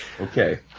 Okay